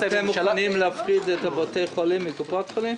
- אתם מוכנים להפריד את קופות החולים מבתי החולים?